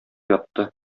ятты